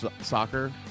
soccer